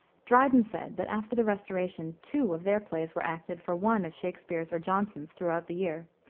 dryden said that after the restoration two of their plays were acted for one of shakspere's or jonson's throughout the year,